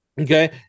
okay